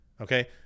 Okay